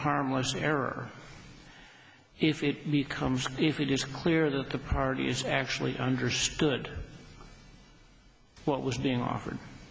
harmless error if it becomes if it is clear that the party is actually understood what was being offered